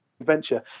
adventure